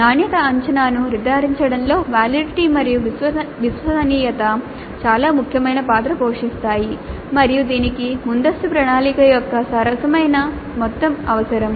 నాణ్యత అంచనాను నిర్ధారించడంలో వాలిడిటీ మరియు విశ్వసనీయత చాలా ముఖ్యమైన పాత్ర పోషిస్తాయి మరియు దీనికి ముందస్తు ప్రణాళిక యొక్క సరసమైన మొత్తం అవసరం